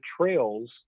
trails